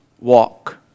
walk